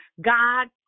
God